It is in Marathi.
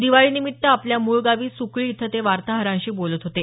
दिवाळीनिमित्त आपल्या मूळगावी सुकळी इथं ते वार्ताहरांशी बोलत होते